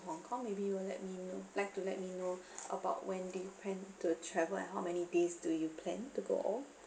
hong kong maybe you will let me know like to let me know about when do you plan to travel and how many days do you plan to go on